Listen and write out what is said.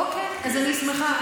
אוקיי, אז אני שמחה.